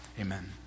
Amen